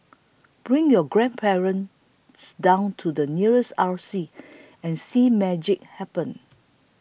bring your grandparents down to the nearest R C and see magic happen